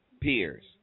peers